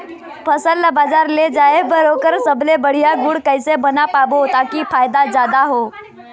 फसल ला बजार ले जाए बार ओकर सबले बढ़िया गुण कैसे बना पाबो ताकि फायदा जादा हो?